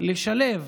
לשלב